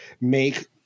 make